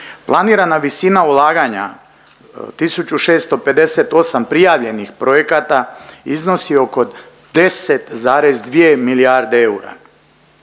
Planirana visina ulaganja tisuću 658 prijavljenih projekata iznosi oko 10,2 milijarde eura.